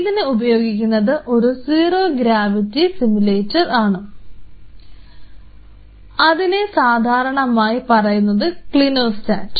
ഇതിന് ഉപയോഗിക്കുന്നത് ഒരു സീറോ ഗ്രാവിറ്റി സിമുലേറ്റർ ആണ് അതിനെ സാധാരണമായി പറയുന്നത് ക്ലിനോസ്റ്റാറ്റ്